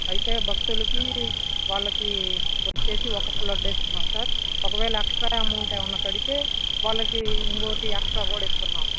అయితే భక్తులకి వాళ్ళకి వచ్చేసి ఒక్కొక్క లడ్డు ఇస్తున్నాం సార్ ఒకవేళ ఎక్స్ట్రా అమౌంట్ ఏమన్నా కడితే వాళ్ళకి ఇంకొకటి ఎక్స్ట్రా కూడా ఇస్తున్నాం